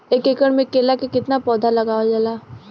एक एकड़ में केला के कितना पौधा लगावल जाला?